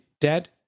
dead